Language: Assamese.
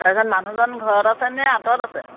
তাৰ পাছত মানুহজন ঘৰত আছেনে আঁতৰত আছে